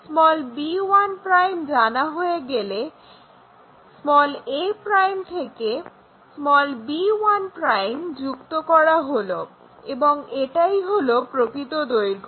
b1' জানা হয়ে গেলে a' থেকে b1' যুক্ত করা হলো এবং এটাই হলো প্রকৃত দৈর্ঘ্য